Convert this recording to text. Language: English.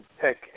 pick